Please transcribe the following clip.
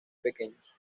pequeños